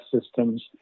systems